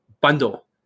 bundle